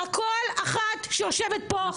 כל אחת שיושבת פה,